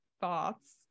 thoughts